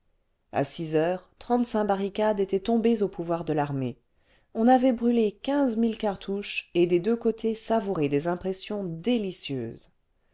a six heures trente-cinq barricades étaient tombées au pouvoir de l'armée on avait brûlé quinze mille cartouches et des deux côtés savouré des impressions délicieuses